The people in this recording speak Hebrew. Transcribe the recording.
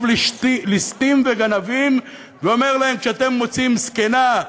ליסטים וגנבים ואומר להם: כשאתם מוצאים זקנה,